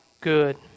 good